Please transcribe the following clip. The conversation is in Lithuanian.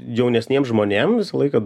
jaunesniem žmonėm visą laiką